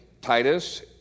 Titus